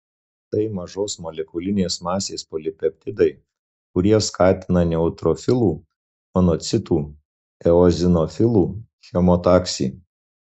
tai mažos molekulinės masės polipeptidai kurie skatina neutrofilų monocitų eozinofilų chemotaksį